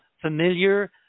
familiar